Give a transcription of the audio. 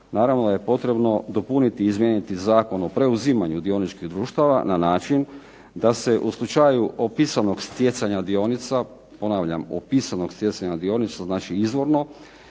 naravno da je potrebno dopuniti i izmijeniti Zakon o preuzimanju dioničkih društava na način da se u slučaju opisanog stjecanja dionica, ponavljam opisanog stjecanja dionica što znači izvorno